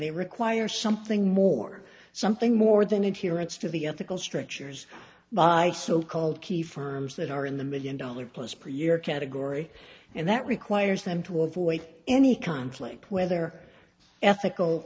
they require something more something more than it here it's to the ethical strictures by so called key firms that are in the million dollar plus per year category and that requires them to avoid any conflict whether ethical